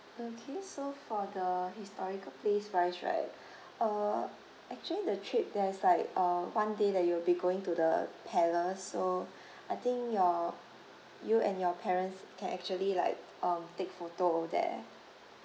okay so for the historical place wise right uh actually the trip there is like uh one day that you will be going to the palace so I think your you and your parents can actually like um take photo over there